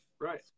Right